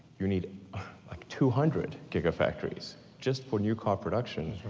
you need like two hundred giga factories just for new car production,